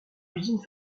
l’usine